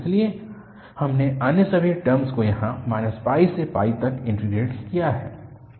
इसलिए हमने अन्य सभी टर्मस को यहाँ - से तक इन्टीग्रेट किया है